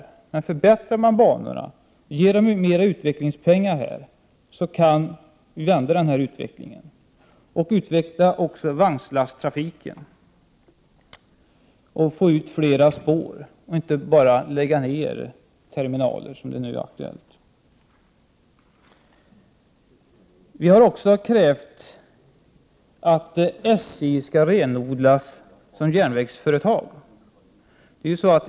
Men om man förbättrar banorna och ger SJ mera utvecklingspengar, kan vi vända denna utveckling och också utveckla vagnslasttrafiken, få fler spår och inte bara lägga ner terminaler, vilket nu är aktuellt. Vi har också krävt att SJ skall renodlas som järnvägsföretag.